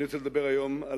אני רוצה לדבר על